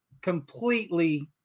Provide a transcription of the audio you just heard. completely